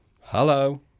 Hello